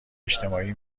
اجتماعی